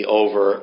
over